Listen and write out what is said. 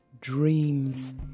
dreams